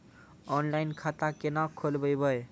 Online खाता केना खोलभैबै?